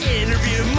interview